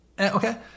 Okay